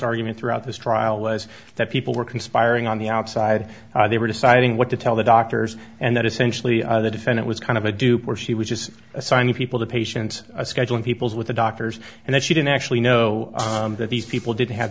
argument throughout this trial was that people were conspiring on the outside they were deciding what to tell the doctors and that essentially the defendant was kind of a dupe or she was just a sign of people to patient scheduling people's with the doctors and that she didn't actually know that these people did have